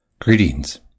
Greetings